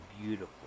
beautiful